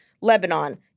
Lebanon